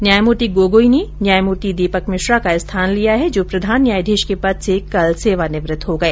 न्यायमूर्ति गोगोई ने न्यायमूर्ति दीपक मिश्रा का स्थान लिया है जो प्रधान न्यायाधीश के पद से कल सेवानिवृत हो गए